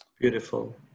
Beautiful